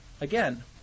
again